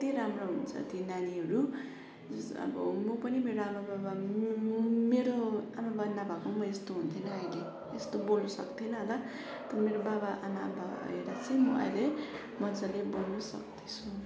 यति राम्रो हुन्छ ती नानीहरू जस्तो अब म पनि मेरो आमा बाबा मेरो आमा बाबा नभएको भए यस्तो हुने थिइनँ अहिले यस्तो बोल्न सक्थिनँ होला मेरो बाबा आमा भएर चाहिँ म अहिले मजाले बोल्न सक्दैछु